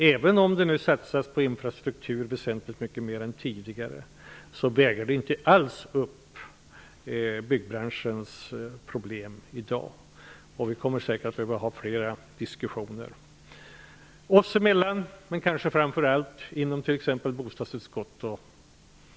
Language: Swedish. Även om det nu satsas på infrastruktur väsentligt mycket mer än tidigare väger det inte alls upp byggbranschens problem. Vi kommer säkert att behöva ha flera diskussioner om detta oss emellan, men kanske framför allt inom bostadsutskottet osv.